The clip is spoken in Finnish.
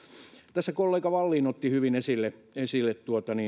tässä kollega vallin otti hyvin esille esille